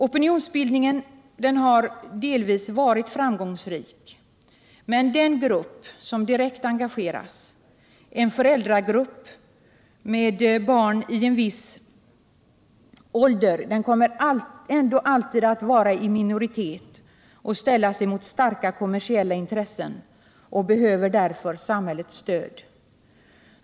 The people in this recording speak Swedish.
Opinionsbildningen har delvis varit framgångsrik, men den grupp som direkt engagerat sig — en föräldragrupp med barn i en viss ålder — kommer ändå alltid att vara i minoritet och ställas mot starka kommersiella intressen, och den behöver därför samhällets stöd.